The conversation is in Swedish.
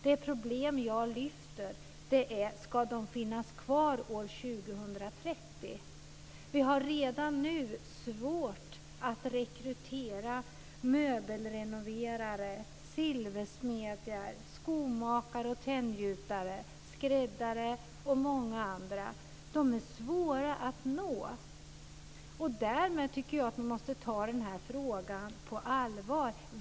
Det problem jag lyfter är huruvida de ska finnas kvar år 2030. Vi har redan nu svårt att rekrytera möbelrenoverare, silversmeder, skomakare, tenngjutare, skräddare och många andra. De är svåra att nå. Därmed tycker jag att vi måste ta den här frågan på allvar.